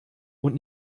und